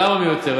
ולמה מיותרת?